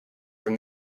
from